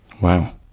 Wow